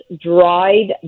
dried